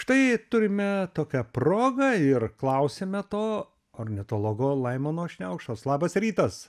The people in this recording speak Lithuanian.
štai turime tokią progą ir klausiame to ornitologo laimono šniaukštos labas rytas